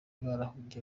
barahungiye